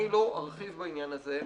אני לא ארחיב בעניין הזה.